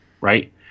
right